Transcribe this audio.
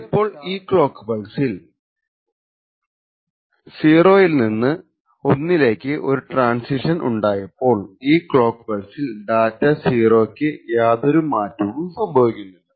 ഇപ്പോൾ ഈ ക്ലോക്ക് പൾസ്സിൽ 0 ൽ നിന്ന് 1 ലേക്ക് ഒരു ട്രാന്സിഷൻ ഉണ്ടായപ്പോൾ ഈ ക്ലോക്ക് പൾസ്സിൽ ഡാറ്റ 0 ക്ക് യാതൊരു മാറ്റവും സംഭവിക്കുന്നില്ല